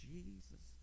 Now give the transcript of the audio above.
Jesus